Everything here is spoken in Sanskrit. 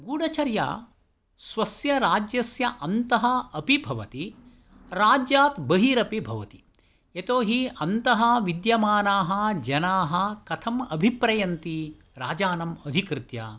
गूढचर्या स्वस्य राज्यस्य अन्तः अपि भवति राज्यात् बहिरपि भवति यतोहि अन्तः विद्यमानाः जनाः कथम् अभिप्रयन्ति राजानं अधिकृत्य